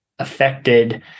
affected